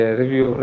review